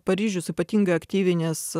paryžius ypatingai aktyviai nes